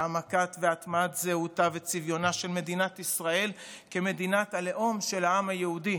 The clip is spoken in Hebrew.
העמקת והטמעת זהותה וצביונה של מדינת ישראל כמדינת הלאום של העם היהודי,